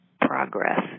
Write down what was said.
progress